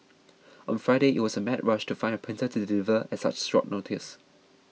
on Friday it was a mad rush to find a printer to deliver at such short notice